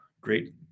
great